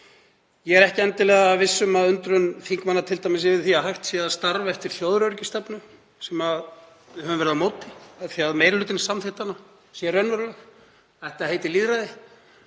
Ég er ekki endilega viss um að undrun þingmanna yfir því að hægt sé að starfa eftir þjóðaröryggisstefnu, sem við höfum verið á móti, af því að meiri hlutinn samþykkti hana, sé raunveruleg. Þetta heitir lýðræði.